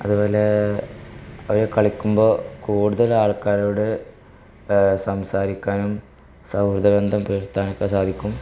അത് പോലേ അവര് കളിക്കുമ്പോള് കൂടുതൽ ആൾക്കാരോട് സംസാരിക്കാനും സൗഹൃദ ബന്ധം പുലർത്താനുമൊക്കെ സാധിക്കും